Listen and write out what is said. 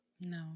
No